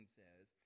says